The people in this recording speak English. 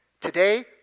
Today